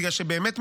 באמת מדובר,